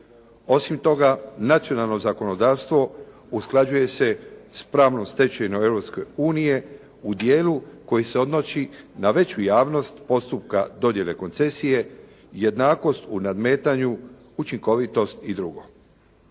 Osim toga nacionalno zakonodavstvo usklađuje se s pravnom stečevinom Europske unije u dijelu koji se odnosi na veću javnost postupka dodjele koncesije, jednakost u nadmetanju, učinkovitost i drugo.